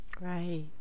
Right